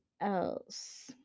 else